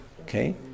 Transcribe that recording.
Okay